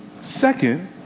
Second